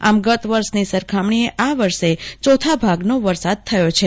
આમ ગત વર્ષની સરખામણીએ આ વર્ષે ચોથા ભાગનો વરસાદ પડ્યો છે